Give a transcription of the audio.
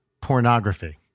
pornography